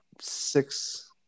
six